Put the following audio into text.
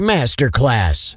Masterclass